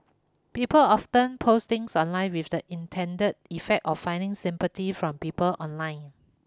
people often post things online with the intended effect of finding sympathy from people online